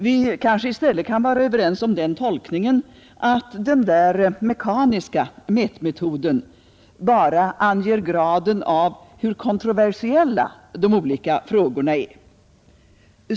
Vi kanske i stället kan vara överens om den tolkningen, att den sortens mekaniska mätmetod bara kan ange graden av hur kontroversiella de olika frågorna är.